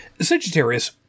Sagittarius